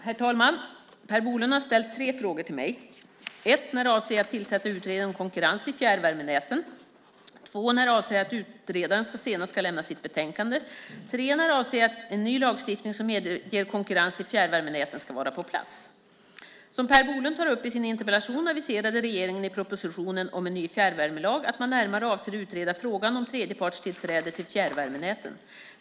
Herr talman! Per Bolund har ställt tre frågor till mig. 1. När avser jag att tillsätta utredningen om konkurrens i fjärrvärmenäten? 2. När avser jag att utredaren senast ska lämna sitt betänkande? 3. När avser jag att en ny lagstiftning som medger konkurrens i fjärrvärmenäten ska vara på plats? Som Per Bolund tar upp i sin interpellation aviserade regeringen i propositionen om en ny fjärrvärmelag att man närmare avser att utreda frågan om tredjepartstillträde till fjärrvärmenäten.